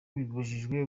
bibujijwe